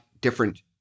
different